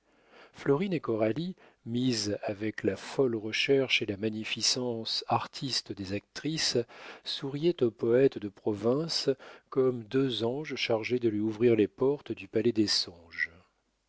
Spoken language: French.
florine et coralie mises avec la folle recherche et la magnificence artiste des actrices souriaient au poète de province comme deux anges chargés de lui ouvrir les portes du palais des songes